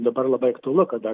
dabar labai aktualu kada